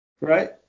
right